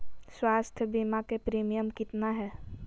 स्वास्थ बीमा के प्रिमियम कितना है?